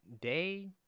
day